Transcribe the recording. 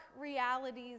realities